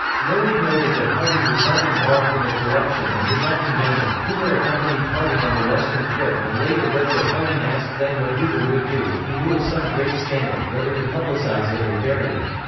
murray noted that harding was not involved in the corruption and did not condone it hoover accompanied harding on the western trip and later wrote that harding asked then what hoover would do if he knew of some great scandal, whether to publicize it or bury it.